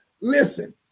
Listen